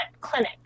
clinic